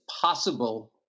possible